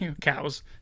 Cows